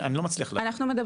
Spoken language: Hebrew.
אני לא מצליח להבין.